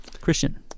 Christian